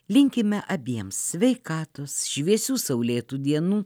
linkime abiem sveikatos šviesių saulėtų dienų